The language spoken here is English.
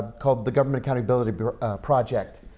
called the government accountability but ah project.